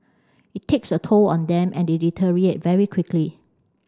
it takes a toll on them and they deteriorate very quickly